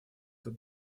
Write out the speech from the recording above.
этот